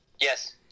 Yes